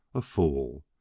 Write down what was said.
a fool.